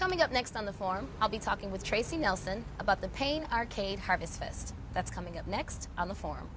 coming up next on the form i'll be talking with tracy nelson about the pain arcade harvest that's coming up next on the form